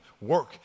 work